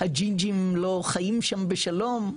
הג'ינג'ים לא חיים שם בשלום?